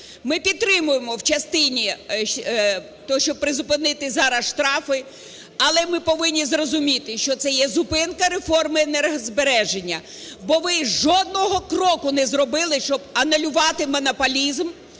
Ми підтримуємо в частині, те, що призупинити зараз штрафи. Але ми повинні зрозуміти, що це є зупинка реформи енергозбереження, бо ви жодного кроку не зробили, щоб анулювати монополізм.